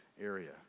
area